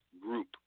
group